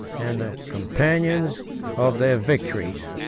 and the companions of their victories.